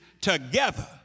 together